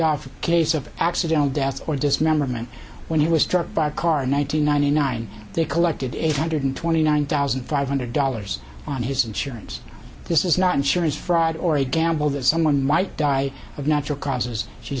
in case of accidental death or dismemberment when he was struck by a car nine hundred ninety nine they collected eight hundred twenty nine thousand five hundred dollars on his insurance this is not insurance fraud or a gamble that someone might die of natural causes she